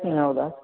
ಹ್ಞೂ ಹೌದಾ